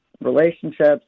relationships